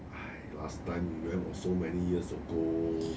last time we went was so many years ago